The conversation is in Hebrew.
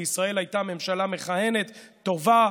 בישראל הייתה ממשלה מכהנת טובה,